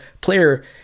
player